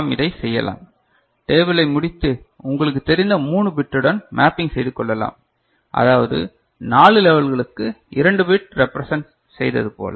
C1 எனவே இதை நாம் செய்யலாம் டேபிளை முடித்து உங்களுக்குத் தெரிந்த 3 பிட்டுடன் மேப்பிங் செய்து கொள்ளலாம் அதாவது 4 லெவல்களுக்கு 2 பிட் ரெப்பிரசன்ட் செய்ததுபோல்